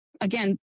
again